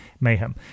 mayhem